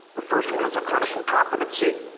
the first one is a clinical competency.